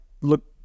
look